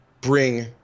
bring